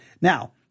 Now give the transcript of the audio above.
Now